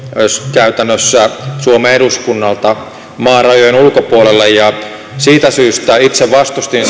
käytännössä suomen eduskunnalta maan rajojen ulkopuolelle ja siitä syystä itse vastustin